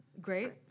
Great